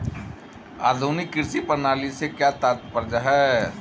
आधुनिक कृषि प्रणाली से क्या तात्पर्य है?